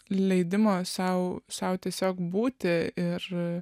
leidimo sau sau tiesiog būti ir